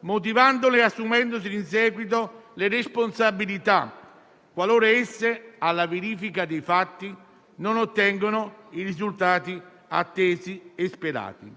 motivandole e assumendosi in seguito le responsabilità, qualora esse, alla verifica dei fatti, non ottengano i risultati attesi e sperati.